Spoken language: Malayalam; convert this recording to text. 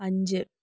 അഞ്ച്